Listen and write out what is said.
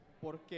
Porque